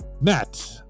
Matt